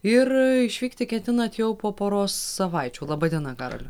ir išvykti ketinat jau po poros savaičių laba diena karoli